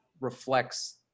reflects